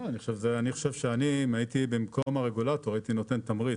אם אני הייתי במקום הרגולטור, הייתי נותן תמריץ.